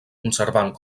conservant